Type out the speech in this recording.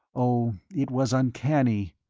oh, it was uncanny.